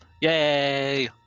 Yay